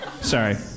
Sorry